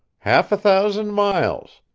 half a thousand miles.